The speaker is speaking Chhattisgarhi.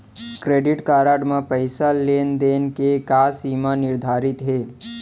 क्रेडिट कारड म पइसा लेन देन के का सीमा निर्धारित हे?